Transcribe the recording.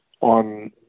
on